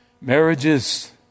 Marriages